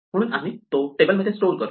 म्हणून आम्ही ते टेबलमध्ये स्टोअर करतो